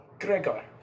Gregor